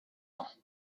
ans